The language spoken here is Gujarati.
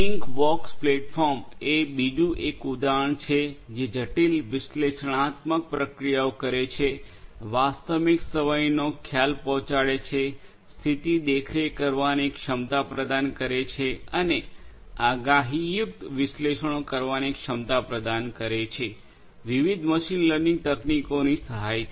થિંગવોર્ક્ષ પ્લેટફોર્મ એ બીજું એક ઉદાહરણ છે જે જટિલ વિશ્લેષણાત્મક પ્રક્રિયાઓ કરે છે વાસ્તવિક સમયનો ખ્યાલ પહોંચાડે છે સ્થિતિ દેખરેખ કરવાની ક્ષમતા પ્રદાન કરે છે અને આગાહીયુક્ત વિશ્લેષણો કરવાની ક્ષમતા પ્રદાન કરે છે વિવિધ મશીન લર્નિંગ તકનીકોની સહાયથી